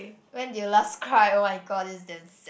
when did you last cry oh-my-god this is damn sad